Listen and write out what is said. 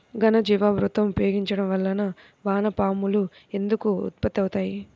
ఘనజీవామృతం ఉపయోగించటం వలన వాన పాములు ఎందుకు ఉత్పత్తి అవుతాయి?